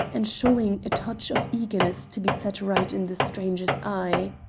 and showing a touch of eagerness to be set right in the stranger's eye.